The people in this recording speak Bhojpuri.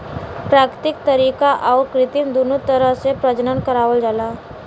प्राकृतिक तरीका आउर कृत्रिम दूनो तरह से प्रजनन करावल जाला